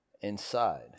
inside